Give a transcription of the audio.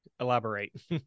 Elaborate